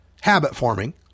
habit-forming